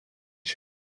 shape